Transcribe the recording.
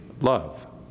love